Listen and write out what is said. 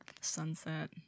sunset